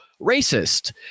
racist